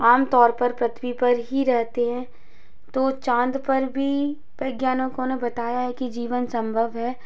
आम तौर पर पृथ्वी पर ही रहते हैं तो चाँद पर भी वैज्ञानिकों ने बताया है कि जीवन संभव है